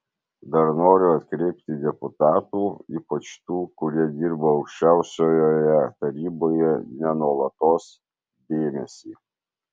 dar noriu atkreipti deputatų ypač tų kurie dirba aukščiausiojoje taryboje ne nuolatos dėmesį